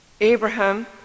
Abraham